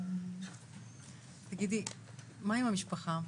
תגידי מה עם המשפחה?